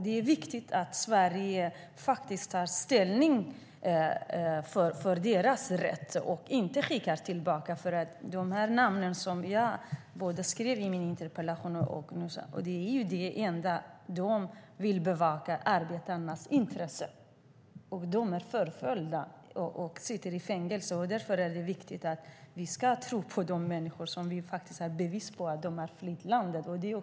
Det är viktigt att Sverige tar ställning för deras rätt och inte skickar tillbaka dem. De personer som jag skrivit om i min interpellation och nämnt nu vill bara bevaka arbetarnas intressen. De är förföljda och sitter i fängelse. Därför är det viktigt att vi tror på de människor som bevisligen har flytt landet.